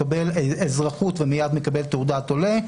מקבל אזרחות ומייד מקבל תעודת עולה.